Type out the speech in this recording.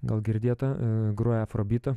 gal girdėta groja afrobytą